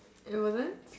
it wasn't